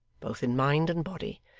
both in mind and body,